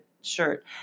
shirt